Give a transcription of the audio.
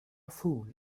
fool